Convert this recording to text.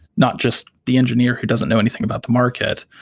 not just the engineer who doesn't know anything about the market,